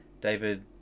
David